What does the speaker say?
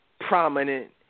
Prominent